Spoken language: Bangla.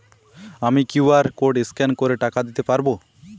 আমি কিউ.আর কোড স্ক্যান করে টাকা দিতে পারবো?